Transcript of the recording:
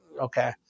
okay